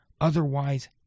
otherwise